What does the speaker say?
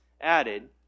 added